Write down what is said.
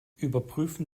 überprüfen